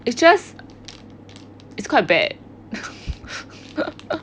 it's just it's quite bad